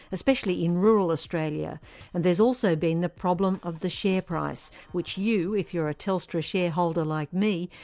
especially in rural australia and there's also been the problem of the share price, which you, if you're a telstra shareholder like me,